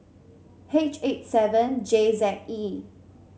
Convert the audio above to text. H eight seven J Z E